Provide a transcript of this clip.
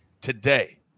today